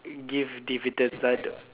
give dividends lah